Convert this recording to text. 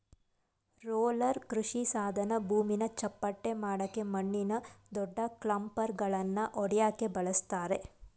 roller ಕೃಷಿಸಾಧನ ಭೂಮಿನ ಚಪ್ಪಟೆಮಾಡಕೆ ಮಣ್ಣಿನ ದೊಡ್ಡಕ್ಲಂಪ್ಗಳನ್ನ ಒಡ್ಯಕೆ ಬಳುಸ್ತರೆ